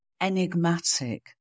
enigmatic